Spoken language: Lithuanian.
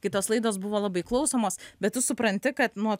kai tos laidos buvo labai klausomos bet tu supranti kad nuo